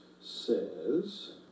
says